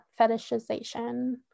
fetishization